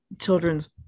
children's